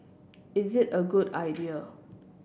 is it a good idea